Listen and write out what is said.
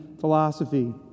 philosophy